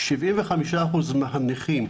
75% מהנכים,